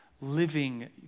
living